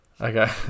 Okay